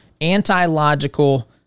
anti-logical